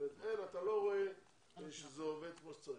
אתה לא רואה שזה לא עובד כמו שצריך.